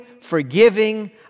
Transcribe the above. forgiving